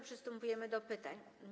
Przystępujemy do pytań.